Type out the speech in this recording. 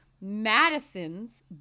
Madison's